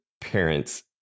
parents